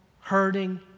hurting